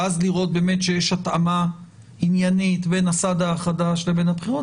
ואז לראות באמת שיש התאמה עניינית בין הסד"א החדש לבין הבחירות,